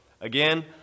again